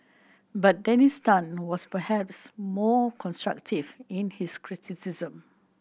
but Dennis Tan was perhaps more constructive in his criticism